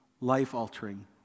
life-altering